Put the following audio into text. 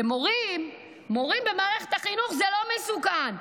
למורים במערכת החינוך זה לא מסוכן,